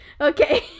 Okay